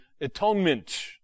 atonement